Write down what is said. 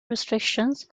restrictions